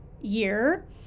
year